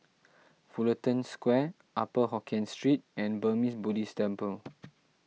Fullerton Square Upper Hokkien Street and Burmese Buddhist Temple